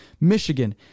Michigan